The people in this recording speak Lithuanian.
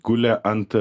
gulė ant